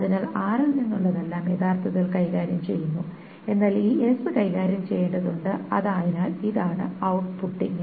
അതിനാൽ r ൽ നിന്നുള്ളതെല്ലാം യഥാർത്ഥത്തിൽ കൈകാര്യം ചെയ്യുന്നു എന്നാൽ ഈ s കൈകാര്യം ചെയ്യേണ്ടതുണ്ട് അതിനാൽ ഇതാണ് ഔട്ട്പുട്ടിങ്